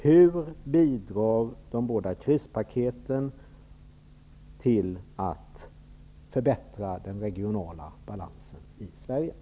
Hur bidrar de båda krispaketen till att förbättra den regionala balansen i Sverige?